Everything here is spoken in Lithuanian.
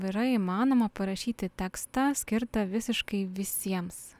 yra įmanoma parašyti tekstą skirtą visiškai visiems